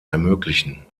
ermöglichen